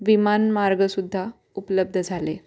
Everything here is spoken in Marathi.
विमानमार्ग सुद्धा उपलब्ध झाले